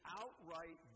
outright